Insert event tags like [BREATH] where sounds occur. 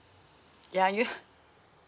ya you [BREATH]